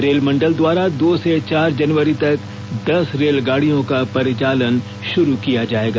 rail मंडल द्वारा दो से चार जनवरी तक दस रेल गाड़ियों का परिचालन शुरू किया जाएगा